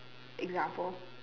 example